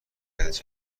اهمیت